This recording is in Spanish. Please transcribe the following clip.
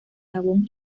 jabón